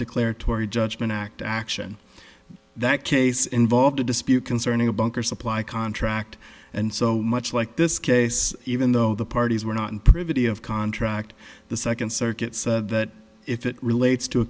declaratory judgment act action that case involved a dispute concerning a bunker supply contract and so much like this case even though the parties were not in privity of contract the second circuit said that if it relates to